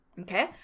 okay